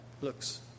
looks